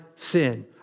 sin